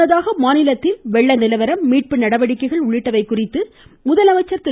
முன்னதாக மாநிலத்தில் வெள்ள நிலவரம் மீட்பு நடவடிக்கைகள் உள்ளிட்டவை குறித்து முதலமைச்சர் திரு